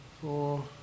four